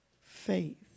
faith